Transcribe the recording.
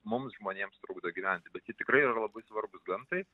mums žmonėms trukdo gyventi tikrai yra labai svarbūs gamtai